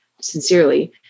sincerely